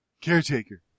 Caretaker